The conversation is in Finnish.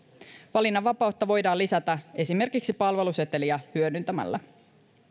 valinnanvapautta voidaan lisätä esimerkiksi palveluseteliä hyödyntämällä